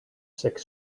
six